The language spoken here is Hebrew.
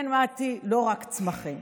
כן, מטי, לא רק צמחים.